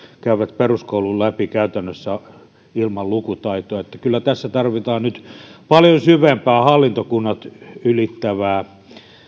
käyvät peruskoulun läpi käytännössä ilman lukutaitoa että kyllä tässä tarvitaan nyt paljon syvempää hallintokunnat ylittävää